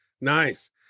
nice